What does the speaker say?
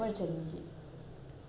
கடுப்ப அய்ட்யேன்:kadupa aiyitaen